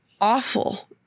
awful